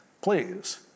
please